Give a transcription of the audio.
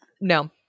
No